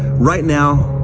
right now,